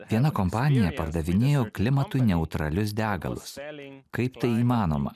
viena kompanija pardavinėjo klimatui neutralius degalus kaip tai įmanoma